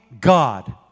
God